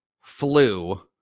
Flu